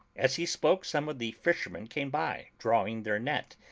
as he spoke some of the fishermen came by, drawing their net,